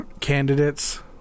Candidates